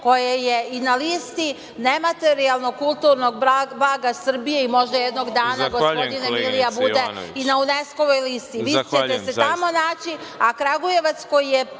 koji je na listi nematerijalnog kulturnog blaga Srbije i možda jednog dana, gospodine Milija, bude i na UNESKO-voj listi. Vi ćete se tamo naći, a Kragujevac koji je,